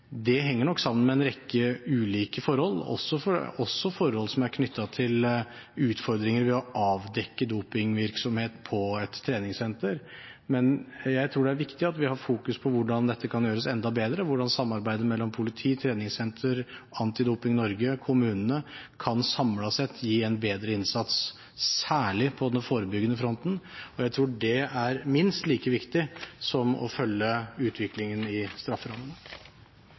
Det henger nok sammen med en rekke ulike forhold, også forhold som er knyttet til utfordringer ved å avdekke dopingvirksomhet på et treningssenter. Men jeg tror det er viktig at vi fokuserer på hvordan dette kan gjøres enda bedre, og hvordan samarbeidet mellom politi, treningssentre, Antidoping Norge og kommunene samlet sett kan gi en bedre innsats, særlig på den forebyggende fronten. Jeg tror det er minst like viktig som å følge utviklingen i strafferammene.